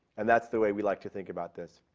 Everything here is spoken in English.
and that's the way we like to think about this.